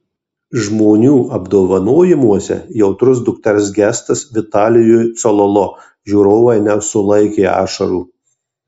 žmonių apdovanojimuose jautrus dukters gestas vitalijui cololo žiūrovai nesulaikė ašarų